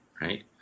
right